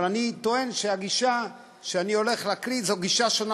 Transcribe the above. אבל אני טוען שהגישה שאני הולך להקריא זו גישה שונה